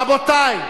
רבותי.